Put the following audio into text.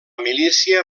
milícia